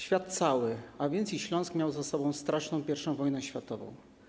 Świat cały, a więc i Śląsk, miał za sobą straszną I wojnę światową.